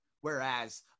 Whereas